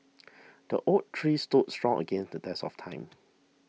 the oak tree stood strong against the test of time